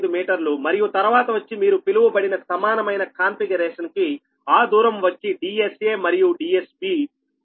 15 మీటర్లు మరియు తర్వాత వచ్చి మీరు పిలవబడిన సమానమైన కాన్ఫిగరేషన్ కి ఆ దూరం వచ్చి DSA మరియు DSB